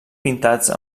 pintats